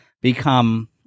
become